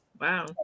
Wow